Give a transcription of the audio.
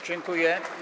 Dziękuję.